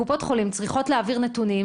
קופות חולים צריכות להעביר נתונים,